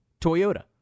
toyota